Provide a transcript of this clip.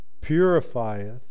purifieth